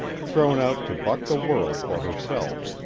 thrown out to buck the world for herself,